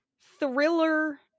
thriller